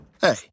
hey